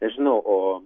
nežinau o